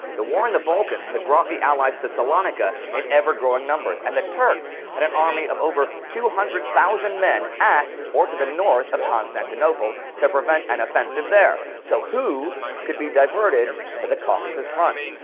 the war in the balkans had brought the allies to salonika in ever growing numbers and the turks had an army of over two hundred thousand men at or to the north of constantinople to prevent an offensive there so who could be diverted to the caucasus front?